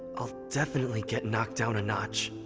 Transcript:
i'll definitely get knocked down a notch.